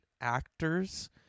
actors